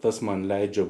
kas man leidžia